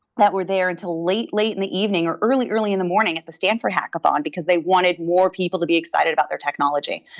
that were there until late late in the evening or early early in the morning at the stanford hackathon because they wanted more people to be excited about their technology.